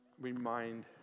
remind